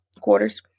quarters